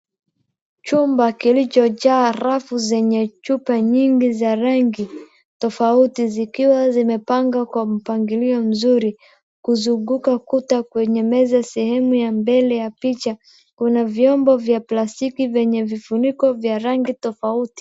Chumba kilicho jaa rafu zenye chupa niyingi za rangi tofauti, zikiwa zimepangwa kwa mpangilio mzuri. Kuzunguka kuta kwenye meza sehemu ya mbele ya picha kuna vyombo vya plastiki vyenye vifuniko vya rangi tofauti.